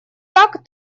так